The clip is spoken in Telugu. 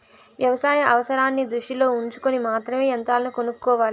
వ్యవసాయ అవసరాన్ని దృష్టిలో ఉంచుకొని మాత్రమే యంత్రాలను కొనుక్కోవాలి